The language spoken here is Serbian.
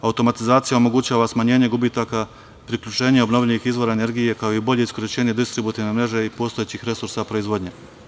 Automatizacija omogućava smanjenje gubitaka, priključenje obnovljivih izvora energije, kao i bolje iskorišćenje distributivne mreže i postojećih resursa proizvodnje.